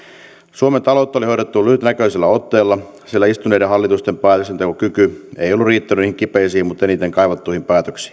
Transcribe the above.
suomen taloutta oli hoidettu lyhytnäköisellä otteella sillä istuneiden hallitusten päätöksentekokyky ei ollut riittänyt niihin kipeisiin mutta eniten kaivattuihin päätöksiin tämä